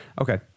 Okay